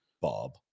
Bob